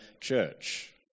church